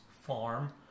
farm